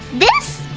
this?